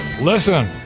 listen